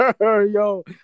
Yo